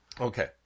Okay